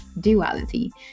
duality